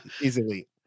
Easily